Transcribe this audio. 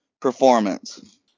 performance